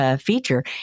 Feature